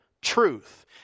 truth